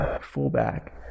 fullback